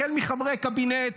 החל מחברי קבינט,